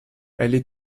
elle